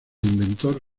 inventor